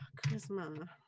Charisma